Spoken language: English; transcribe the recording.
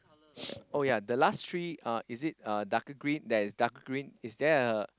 oh ya the last tree uh is it uh darker green there is darker green is there a